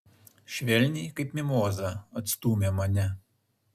švelniai kaip mimozą atstūmė mane